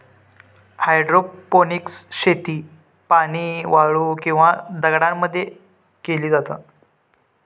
hydroponics शेती पाणी, वाळू किंवा दगडांमध्ये मध्ये केली जाता